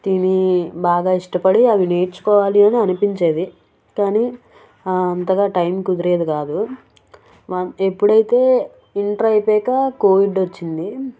తినీ బాగా ఇష్టపడి అవి నేర్చుకోవాలి అని అనిపించేది కాని అంతగా టైం కుదిరేది కాదు మా ఎప్పుడయితే ఇంటర్ అయిపోయాక కోవిడ్ వచ్చింది